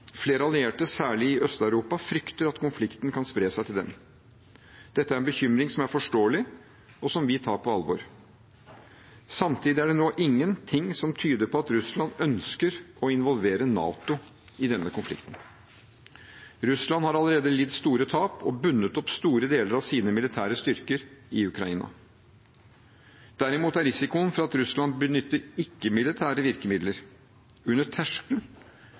Flere allierte, særlig i Øst-Europa, frykter at konflikten kan spre seg til dem. Dette er en bekymring som er forståelig, og som vi tar på alvor. Samtidig er det nå ingenting som tyder på at Russland ønsker å involvere NATO i denne konflikten. Russland har allerede lidd store tap og bundet opp store deler av sine militære styrker i Ukraina. Derimot er risikoen for at Russland benytter ikke-militære virkemidler, under terskelen